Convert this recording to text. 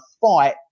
fight